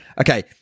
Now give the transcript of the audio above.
okay